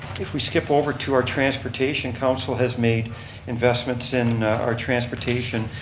if we skip over to our transportation, council has made investments in our transportation.